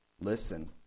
Listen